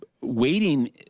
waiting